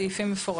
הסעיפים מפורטים.